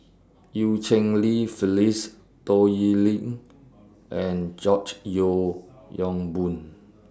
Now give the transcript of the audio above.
EU Cheng Li Phyllis Toh Yiling and George Yeo Yong Boon